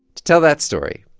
to tell that story,